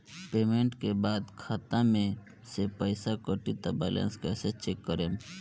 Payment के बाद खाता मे से पैसा कटी त बैलेंस कैसे चेक करेम?